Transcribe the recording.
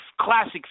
classic